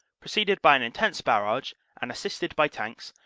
preceded by an intense barrage and assisted by tanks,